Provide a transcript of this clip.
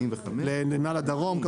לנמל דרום,